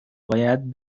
باید